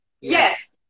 Yes